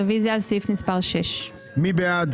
רוויזיה על סעיף מספר 5. מי בעד?